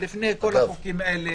בהחלטות הכלכליות,